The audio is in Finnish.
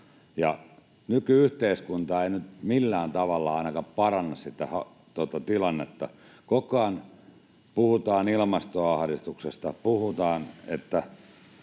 nyky-yhteiskunta ei nyt millään tavalla ainakaan paranna sitä tilannetta. Koko ajan puhutaan ilmastoahdistuksesta. Puhutaan, että